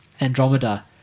Andromeda